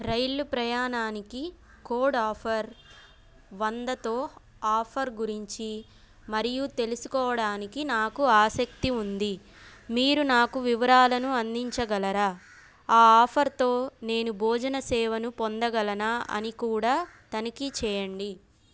రైల్లు ప్రయాణానికి code offer వందతో offer గురించి మరియు తెలుసుకోవడానికి నాకు ఆసక్తి ఉంది మీరు నాకు వివరాలను అందించగలరా ఆ ఆఫర్తో నేను భోజన సేవను పొందగలనా అని కూడా తనిఖీ చేయండి